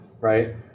right